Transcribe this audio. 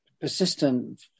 persistent